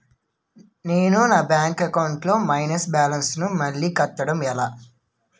నేను నా bank account లొ మైనస్ బాలన్స్ ను మళ్ళీ కట్టడం ఎలా?